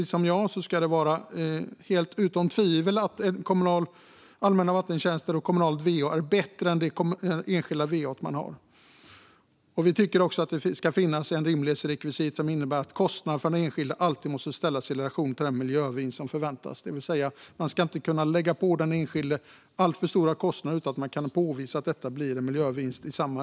Som jag sa ska det vara ställt helt utom tvivel att allmänna vattentjänster och kommunalt va är bättre än det enskilda va man har. Vi tycker också att det ska finnas ett rimlighetsrekvisit som innebär att kostnaden för den enskilda alltid måste ställas i relation till den miljövinst som förväntas. Man ska alltså inte kunna lägga alltför stora kostnader på den enskilde utan att kunna påvisa att det blir en motsvarande miljövinst.